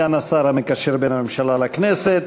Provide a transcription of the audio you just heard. סגן השר המקשר בין הממשלה לכנסת.